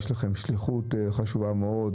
יש לכם שליחות חשובה מאוד,